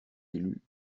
élu